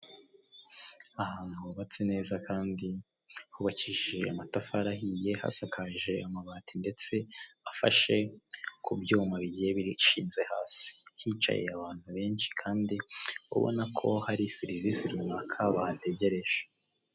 Ahantu hubatse neza kandi hubakishije amatafari ahiye, hasakaje amabati ndetse afashe ku byuma bigiye bishinze hasi, hicaye abantu benshi kandi ubona ko hari serivisi runaka bahategereje.